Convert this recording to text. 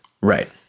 Right